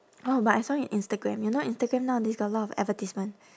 oh but I saw it on instagram you know instagram nowadays got a lot of advertisement